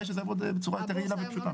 היא שזה יעבוד בצורה יותר יעילה ופשוטה.